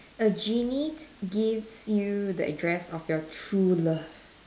a genie gives you the address of your true love